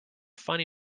funny